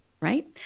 right